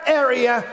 area